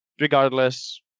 regardless